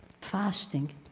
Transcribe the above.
Fasting